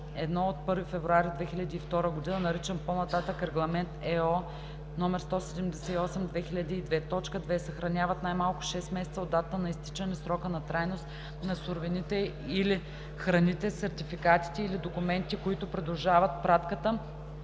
031/1 от 1 февруари 2002 г.), наричан по-нататък „Регламент (ЕО) № 178/2002”; 2. съхраняват най-малко 6 месеца от датата на изтичане срока на трайност на суровините или храните сертификатите или документите, които придружават пратката,